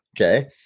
Okay